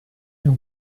and